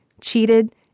cheated